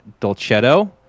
Dolcetto